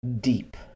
deep